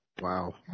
Wow